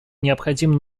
необходим